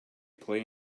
play